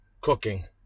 Cooking